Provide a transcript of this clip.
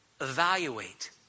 evaluate